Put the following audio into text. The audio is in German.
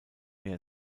mehr